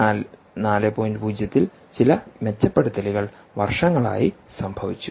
0ൽ ചില മെച്ചപ്പെടുത്തലുകൾ വർഷങ്ങളായി സംഭവിച്ചു